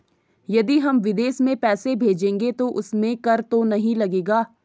यदि हम विदेश में पैसे भेजेंगे तो उसमें कर तो नहीं लगेगा?